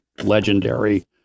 legendary